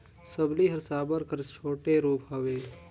सबली हर साबर कर छोटे रूप हवे